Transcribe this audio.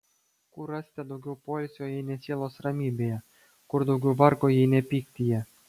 kur rasite daugiau poilsio jei ne sielos ramybėje kur daugiau vargo jei ne pyktyje